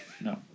No